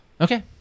Okay